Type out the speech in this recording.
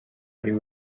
ari